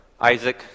Isaac